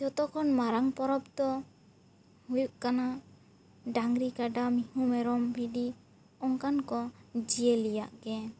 ᱡᱚᱛᱚ ᱠᱷᱚᱱ ᱢᱟᱨᱟᱝ ᱯᱚᱨᱚᱵᱽ ᱫᱚ ᱦᱩᱭᱩᱜ ᱠᱟᱱᱟ ᱰᱟᱹᱝᱜᱽᱨᱤ ᱠᱟᱰᱟ ᱢᱤᱦᱩᱸ ᱢᱮᱨᱚᱢ ᱵᱷᱤᱰᱤ ᱚᱱᱠᱟᱱ ᱠᱚ ᱡᱤᱭᱟᱹᱞᱤᱭᱟᱜ ᱜᱮ